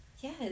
Yes